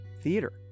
Theater